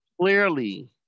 Clearly